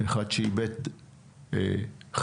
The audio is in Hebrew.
אחד שאיבד חיילים,